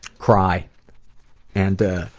cry and ah,